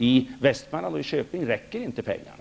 I Västmanland och i Köping räcker inte pengarna.